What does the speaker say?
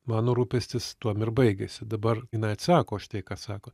mano rūpestis tuom ir baigėsi dabar jinai atsako už tai ką sako